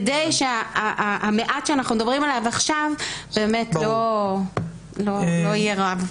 כדי שהמעט שאנחנו מדברים עליו עכשיו באמת לא יהיה רב.